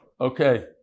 Okay